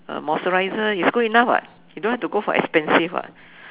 moisturizer is good enough [what] you don't have to go for expensive [what]